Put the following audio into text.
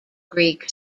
greek